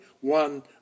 one